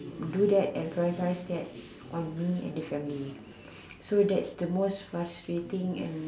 do that and prioritize that on me and the family so that's the most frustrating and